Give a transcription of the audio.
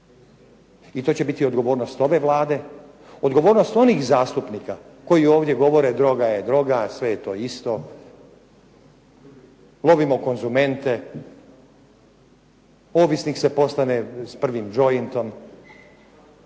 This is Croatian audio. I to će biti odgovornost ove Vlade, odgovornost onih zastupnika koji ovdje govore droga je droga, a sve je to isto. Lovimo konzumente, ovisnik se postane s prvim džointom.